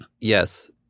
Yes